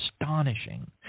astonishing